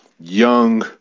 young